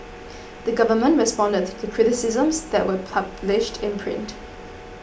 the government responded to the criticisms that were published in print